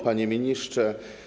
Panie Ministrze!